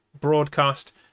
broadcast